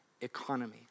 economy